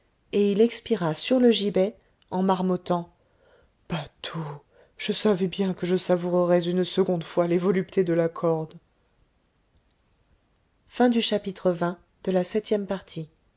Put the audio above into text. et il expira sur le gibet en marmottant bateau je savais bien que je savourerais une seconde fois les voluptés de la corde